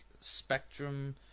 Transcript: spectrum